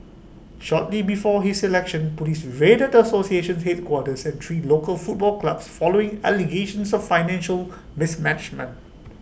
shortly before his election Police raided the association's headquarters and three local football clubs following allegations of financial mismanagement